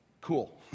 cool